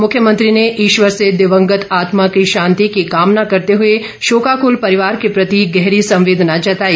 मुख्यमंत्री ने ईश्वर से दिवंगत आत्मा की शांति की कामना करते हुए शोकाकल परिवार के प्रति गहरी संवेदना जताई